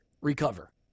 recover